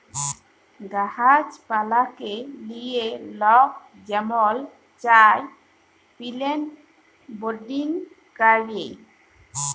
গাহাছ পালাকে লিয়ে লক যেমল চায় পিলেন্ট বিরডিং ক্যরে